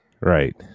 Right